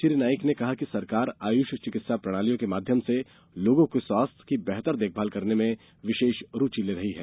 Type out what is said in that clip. श्री नाइक ने कहा कि सरकार आयुष चिकित्सा प्रणालियों के माध्यम से लोगों के स्वास्थ्य की बेहतर देखभाल करने में विशेष रुचि ले रही है